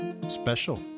special